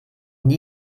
nie